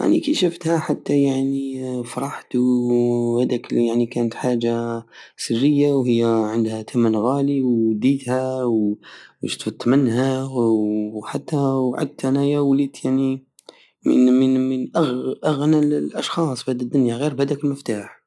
اني كيشفتها حتى يعني فرحت وهداك يعني كانت حاجة سرية وهي عندها تمن غالي وديتها و- وسدفت منها وحتى وعدت انايا وليت من- من اغنى الاشخاص في هاد الدنية غير بهاد المفتاح